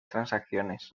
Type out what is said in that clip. transacciones